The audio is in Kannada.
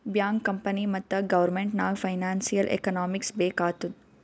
ಬ್ಯಾಂಕ್, ಕಂಪನಿ ಮತ್ತ ಗೌರ್ಮೆಂಟ್ ನಾಗ್ ಫೈನಾನ್ಸಿಯಲ್ ಎಕನಾಮಿಕ್ಸ್ ಬೇಕ್ ಆತ್ತುದ್